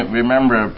remember